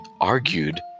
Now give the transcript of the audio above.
argued